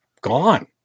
gone